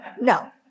No